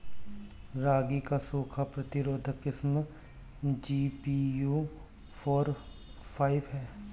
रागी क सूखा प्रतिरोधी किस्म जी.पी.यू फोर फाइव ह?